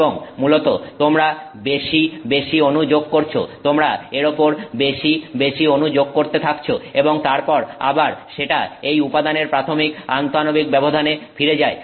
এবং মূলত তোমরা বেশি বেশি অনু যোগ করছো তোমরা এর ওপরে বেশি বেশি অনু যোগ করতে থাকছো এবং তারপর আবার সেটা এই উপাদানের প্রাথমিক আন্তঃআণবিক ব্যবধানে ফিরে যায়